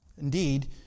Indeed